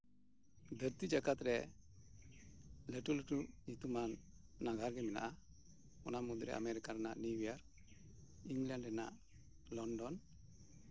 ᱫᱷᱟᱹᱨᱛᱤ ᱡᱟᱠᱟᱛ ᱨᱮ ᱞᱟᱹᱴᱩᱼᱞᱟᱹᱴᱩ ᱧᱩᱛᱩᱢᱟᱱ ᱱᱟᱜᱟᱨ ᱜᱮ ᱢᱮᱱᱟᱜᱼᱟ ᱚᱱᱟ ᱢᱩᱫᱽ ᱨᱮ ᱟᱢᱮᱨᱤᱠᱟ ᱨᱮᱱᱟᱜ ᱱᱤᱭᱩ ᱤᱭᱚᱨᱠ ᱤᱝᱞᱮᱱᱰ ᱨᱮᱱᱟᱜ ᱞᱚᱱᱰᱚᱱ